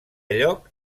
lloc